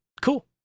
cool